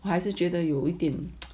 我还是觉得有一点